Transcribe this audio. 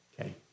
Okay